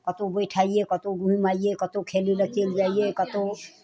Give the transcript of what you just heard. कतहु बैठ अइयै कतहु घुमि अइयै कतहु खेलै लेल चलि जइयै कतहु